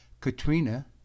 Katrina